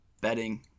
betting